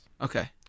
Okay